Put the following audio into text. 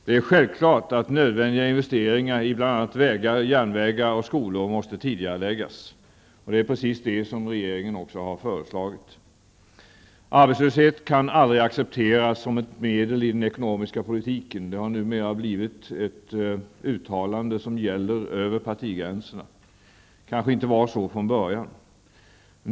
Det är självklart att nödvändiga investeringar i bl.a. vägar, järnvägar och skolor måste tidigareläggas. Det är precis det som regeringen har föreslagit. Arbetslöshet kan aldrig accepteras som ett medel i den ekonomiska politiken. Det har numera blivit ett uttalande som gäller över partigränserna även om det inte var så från början.